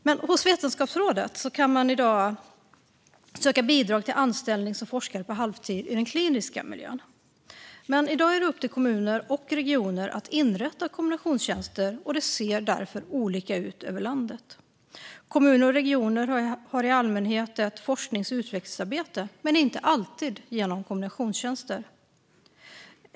I dag kan man söka bidrag hos Vetenskapsrådet för anställning som forskare på halvtid i den kliniska miljön. Men i dag är det upp till kommuner och regioner att inrätta kombinationstjänster, och det ser därför olika ut över landet. Kommuner och regioner har i allmänhet ett forsknings och utvecklingsarbete, men inte alltid genom kombinationstjänster.